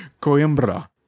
Coimbra